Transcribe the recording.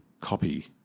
copy